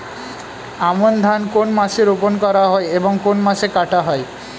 আমন ধান কোন মাসে রোপণ করা হয় এবং কোন মাসে কাটা হয়?